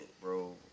bro